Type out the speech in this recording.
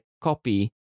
copy